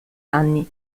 anni